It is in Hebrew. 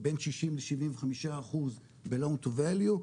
בין 60 ל-75 אחוז ב-loan to value,